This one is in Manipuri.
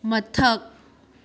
ꯃꯊꯛ